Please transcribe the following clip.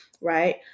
right